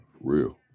Real